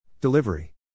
Delivery